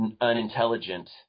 unintelligent